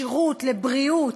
לשירות, לבריאות.